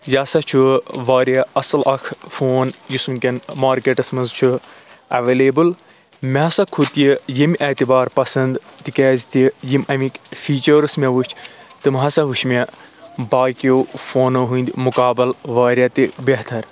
یہِ ہسا چھُ واریاہ اصٕل اکھ فون یُس وُنکیٚن مارکیٚٹَس منٛز چھُ ایٚولیبٕل مےٚ ہسا کھوٚت یہِ اَمہِ اعتبار پَسنٛد تِکیٛازِ تہِ یِم اَمِکۍ فیٖچٲرٕس مےٚ وُچھ تِم ہسا وُچھ مےٚ باقٕیو فونو ہنٛدۍ مقابَل واریاہ تہِ بہتر